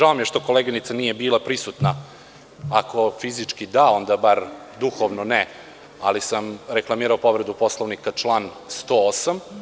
Žao mi je što koleginica nije bila prisutna, ako fizički jeste, onda bar duhovno ne, ali sam reklamirao povredu Poslovnika, član 108.